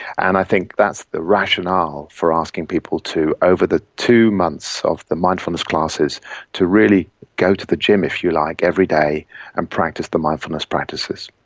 and i think that's the rationale for asking people over the two months of the mindfulness classes to really go to the gym, if you like, every day and practice the mindfulness practices.